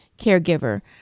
caregiver